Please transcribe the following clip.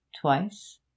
twice